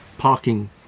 parking